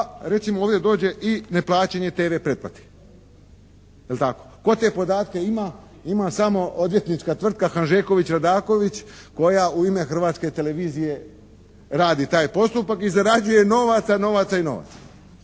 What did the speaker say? recimo ovdje dođe i neplaćanje TV pretplate. Jel' tako. Tko te podatke ima? Ima samo odvjetnička tvrtka Hanžeković & Radaković koja u ime Hrvatske televizije radi taj postupak i zarađuje novaca, novaca i novaca.